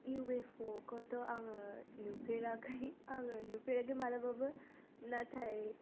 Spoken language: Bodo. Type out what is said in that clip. इउ एफ अ खौथ' आङो नुफेराखै आङो नुफेराखै माब्लाबाबो नाथाय